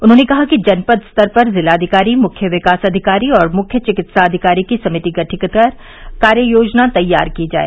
उन्होंने कहा कि जनपद स्तर पर जिलाधिकारी मुख्य विकास अधिकारी और मुख्य चिकित्साधिकारी की समिति गठित कर कार्ययोजना तैयार की जाए